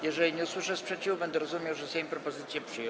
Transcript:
Jeżeli nie usłyszę sprzeciwu, będę rozumiał, że Sejm propozycję przyjął.